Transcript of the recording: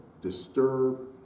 disturb